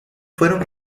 fueron